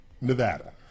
Nevada